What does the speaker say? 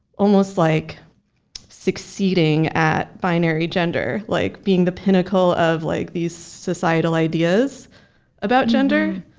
almost like succeeding at binary gender. like being the pinnacle of like these societal ideas about gender.